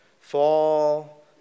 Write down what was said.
fall